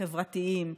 החברתיים,